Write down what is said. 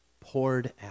poured